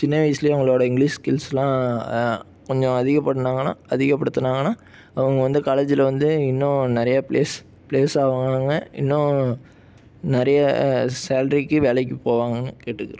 சின்ன வயசுலேயே அவங்களோட இங்கிலிஷ் ஸ்கில்ஸ்லாம் கொஞ்சம் அதிகம் பண்ணாங்கன்னா அதிக படுத்தினாங்கன்னா அவங்க வந்து காலேஜ்ஜுல வந்து இன்னும் நிறையா ப்ளேஸ் ப்ளேஸ் ஆவாங்க இன்னும் நிறைய சேலரிக்கு வேலைக்கு போவாங்கனு கேட்டுக்கிறோம்